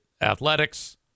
athletics